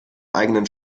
eigenen